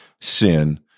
sin